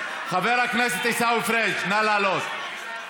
חבר הכנסת עיסאווי פריג', נא לעלות.